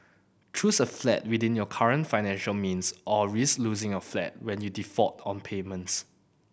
choose a flat within your current financial means or risk losing your flat when you default on payments